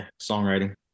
songwriting